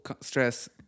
stress